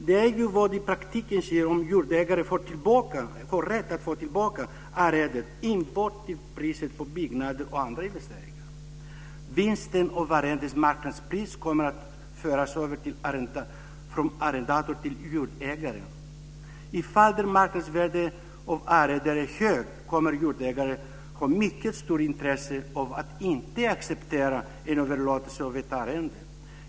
Det är ju vad som i praktiken sker om jordägaren får rätt att ta tillbaka arrendet enbart till priset på byggnader och andra investeringar. Vinsten av arrendets marknadspris kommer att föras över från arrendatorn till jordägaren. I fall där marknadsvärdet av arrendet är högt kommer jordägaren att ha mycket stort intresse av att inte acceptera en överlåtelse av ett arrende.